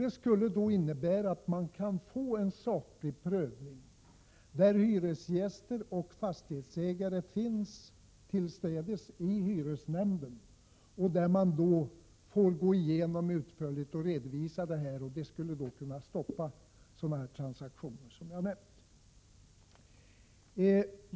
Det skulle innebära att man kan få till stånd en saklig prövning, där hyresgäster och fastighetsägare finns tillstädes i hyresnämnden för att utförligt få gå igenom och redovisa sitt handlande. Det skulle kunna stoppa sådana transaktioner som jag har nämnt.